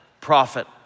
prophet